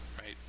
right